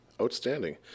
Outstanding